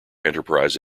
enterprise